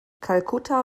kalkutta